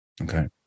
Okay